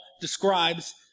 describes